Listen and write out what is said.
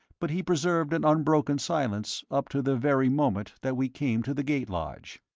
but he preserved an unbroken silence up to the very moment that we came to the gate lodge.